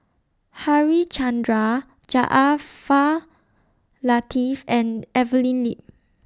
Harichandra Jaafar Latiff and Evelyn Lip